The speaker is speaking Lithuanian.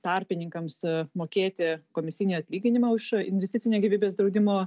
tarpininkams mokėti komisinį atlyginimą už investicinio gyvybės draudimo